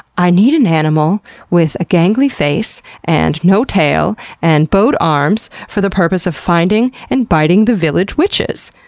i need an animal with a gangly face and no tail, and bowed arms for the purpose of finding and biting the village witches.